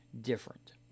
different